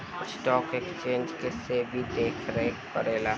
stock exchange के SEBI देखरेख करेला